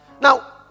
Now